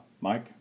Mike